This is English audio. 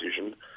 decision